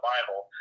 Bible